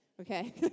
Okay